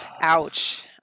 Ouch